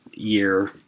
year